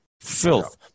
Filth